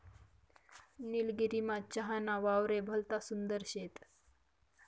निलगिरीमा चहा ना वावरे भलता सुंदर शेत